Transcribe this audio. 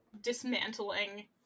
dismantling